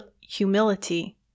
humility